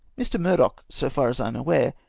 mr. murdoch, so far as i am aware,